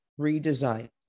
redesign